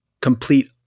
complete